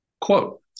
Quote